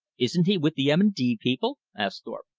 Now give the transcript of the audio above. isn't he with the m. and d. people? asked thorpe.